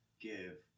give